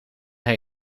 hij